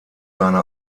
seine